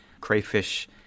Crayfish